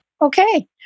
Okay